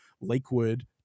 Lakewood